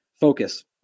focus